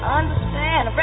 understand